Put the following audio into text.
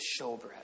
showbread